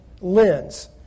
lens